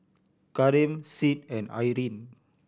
Karim Sid and Irine